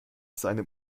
seinem